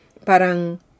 Parang